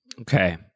okay